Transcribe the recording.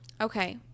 Okay